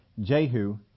Jehu